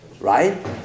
Right